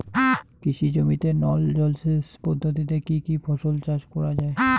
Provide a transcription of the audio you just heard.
কৃষি জমিতে নল জলসেচ পদ্ধতিতে কী কী ফসল চাষ করা য়ায়?